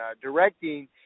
directing